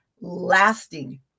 lasting